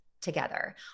together